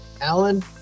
Alan